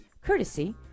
courtesy